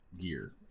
gear